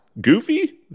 Goofy